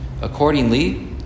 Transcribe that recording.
Accordingly